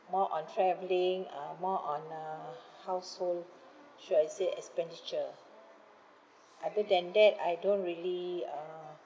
more on travelling uh more on uh household should I say expenditure other than that I don't really uh